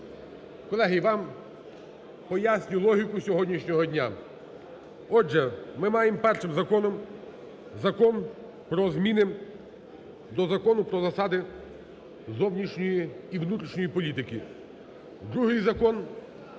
Колеги, вам поясню логіку сьогоднішнього дня. Отже, ми маємо першим законом Закон про зміни до Закону про засади зовнішньої і внутрішньої політики. Другий закон –